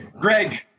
Greg